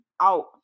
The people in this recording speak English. out